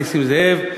נסים זאב,